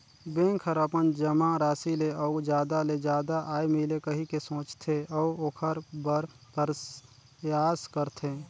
bank हर अपन जमा राशि ले अउ जादा ले जादा आय मिले कहिके सोचथे, अऊ ओखर बर परयास करथे